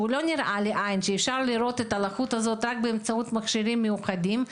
זה לא נראה לעין אבל אפשר לראות את זה באמצעות מכשירים מיוחדים.